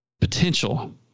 potential